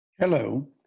Hello